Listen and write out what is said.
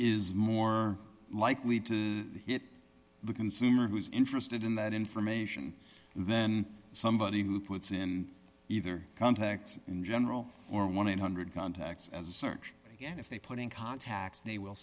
is more likely to hit the consumer who's interested in that information then somebody who puts in either contacts in general or one thousand eight hundred contacts as a search and if they put in contacts they will